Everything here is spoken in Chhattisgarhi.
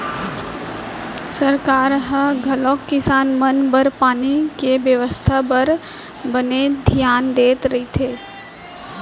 सरकार ह घलौक किसान मन बर पानी के बेवस्था बर बने धियान देत रथे